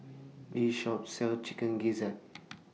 This Shop sells Chicken Gizzard